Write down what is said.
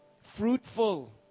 fruitful